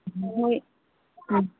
ꯎꯝ ꯍꯣꯏ ꯎꯝ